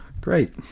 Great